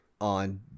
on